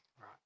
right